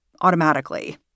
automatically